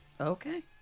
Okay